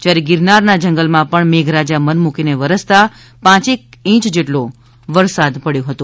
જયારે ગિરનારના જંગલમાં પણ મેઘરાજા મનમૂકીને વરસી પડતા પાંચેક ઇંચ વરસાદ પડયો હતો